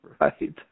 Right